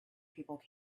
people